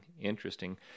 interesting